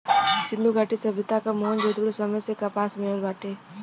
सिंधु घाटी सभ्यता क मोहन जोदड़ो समय से कपास मिलल बाटे